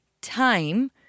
time